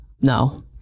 No